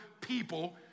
people